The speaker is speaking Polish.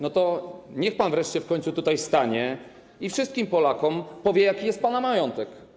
No to niech pan wreszcie w końcu tutaj stanie i wszystkim Polakom powie, jaki jest pana majątek.